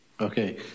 okay